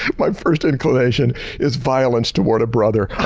my first inclination is violence toward a brother.